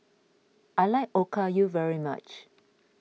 I like Okayu very much